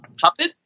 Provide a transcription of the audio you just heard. puppet